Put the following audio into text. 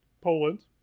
Poland